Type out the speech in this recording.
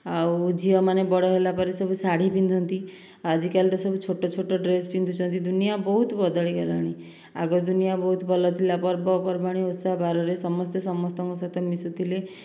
ଆଉ ଝିଅମାନେ ବଡ଼ ହେଲାପରେ ସବୁ ଶାଢ଼ୀ ପିନ୍ଧନ୍ତି ଆଜିକାଲି ତ ସବୁ ଛୋଟ ଛୋଟ ଡ୍ରେସ୍ ପିନ୍ଧୁଛନ୍ତି ଦୁନିଆଁ ବହୁତ ବଦଳି ଗଲାଣି ଆଗ ଦୁନିଆଁ ବହୁତ ଭଲ ଥିଲା ପର୍ବପର୍ବାଣି ଓଷା ବାରରେ ସମସ୍ତେ ସମସ୍ତଙ୍କ ସହିତ ମିଶୁଥିଲେ